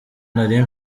nari